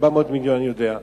400 מיליון, אני יודע.